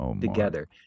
together